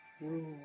rule